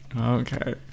Okay